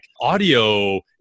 audio